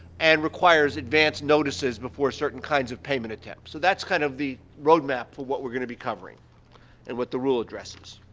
and requires advance notices before certain kinds of payment attempts. so, that's kind of the roadmap for what we're going to be covering and what the rule addresses.